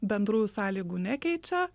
bendrųjų sąlygų nekeičia